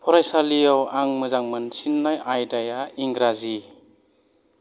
फरायसालियाव आं मोजां मोनसिननाय आयदाया इंराजि